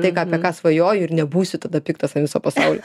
tai ką apie ką svajoju ir nebūsiu tada piktas ant viso pasaulio